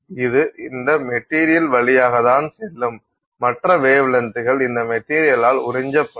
இது இந்த மெட்டீரியல் வழியாக தான் செல்லும் மற்ற வேவ்லென்த்கள் இந்த மெட்டீரியலால் உறிஞ்சப்படும்